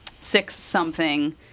Six-something